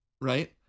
Right